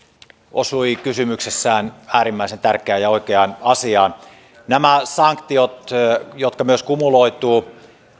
osui kysymyksessään äärimmäisen tärkeään ja oikeaan asiaan nämä sanktiot jotka myös kumuloituvat